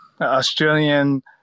Australian